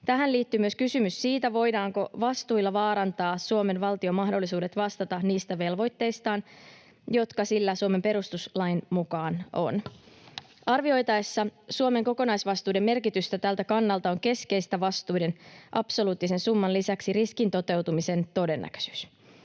Tähän liittyy myös kysymys siitä, voidaanko vastuilla vaarantaa Suomen valtion mahdollisuudet vastata niistä velvoitteistaan, jotka sillä Suomen perustuslain mukaan ovat. Arvioitaessa Suomen kokonaisvastuiden merkitystä tältä kannalta on keskeistä vastuiden absoluuttisen summan lisäksi riskin toteutumisen todennäköisyys.